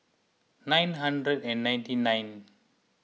nine hundred and ninety nine